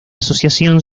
asociación